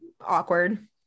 awkward